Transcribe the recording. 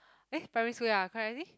eh primary school ya correctly